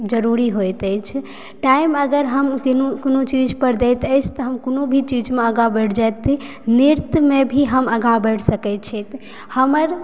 जरूरी होइत अछि टाइम अगर हम कोनो चीज पर दैत अछि तऽ हम कोनो भी चीजमे आगा बढ़ि जैती नृत्य मे भी हम आगा बढ़ि सकैत छी